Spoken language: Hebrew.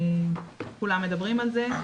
כולם מדברים על זה.